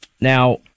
Now